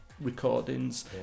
recordings